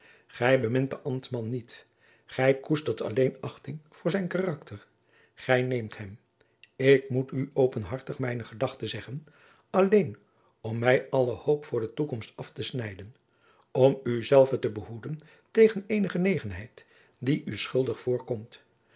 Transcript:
gij bemint den ambtman niet gij koestert alleen achting voor zijn karakter gij neemt hem ik moet u openhartig mijne gedachte zeggen alleen om mij alle hoop voor de toekomst af te snijden om uzelve te behoeden tegen eene genegenheid die u schuldig voorkomt